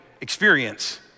experience